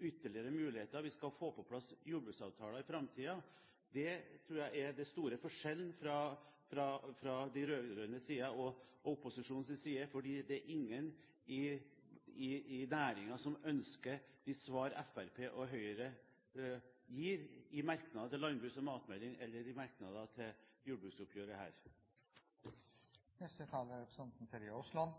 ytterligere muligheter, og vi skal få på plass jordbruksavtaler i framtiden. Det tror jeg er den store forskjellen på de rød-grønne og opposisjonen, for det er ingen i næringen som ønsker de svarene Fremskrittspartiet og Høyre gir i merknadene til landbruks- og matmeldingen, eller i merknader til jordbruksoppgjøret her. Representanten Terje Aasland